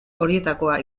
horietakoa